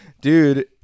dude